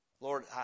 Lord